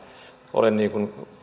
niin kuin